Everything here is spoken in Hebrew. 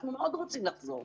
אנחנו מאוד רוצים לחזור.